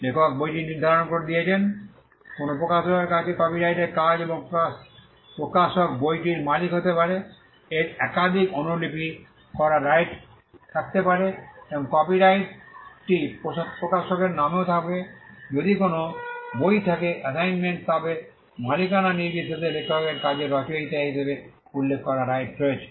লেখক বইটি নির্ধারণ করে দিয়েছেন কোনও প্রকাশকের কাছে কপিরাইটের কাজ এবং প্রকাশক বইটির মালিক হতে পারে এর একাধিক অনুলিপি করার রাইটস থাকতে পারে এবং কপিরাইটটি প্রকাশকের নামেও থাকবে যদি কোনও বই থাকে অ্যাসাইনমেন্ট তবে মালিকানা নির্বিশেষে লেখকের কাজের রচয়িতা হিসাবে উল্লেখ করার রাইটস রয়েছে